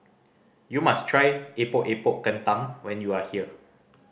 you must try Epok Epok Kentang when you are here